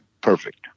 perfect